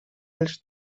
els